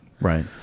right